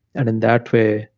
and in that way,